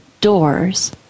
doors